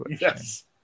Yes